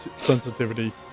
sensitivity